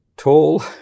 Tall